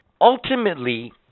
Ultimately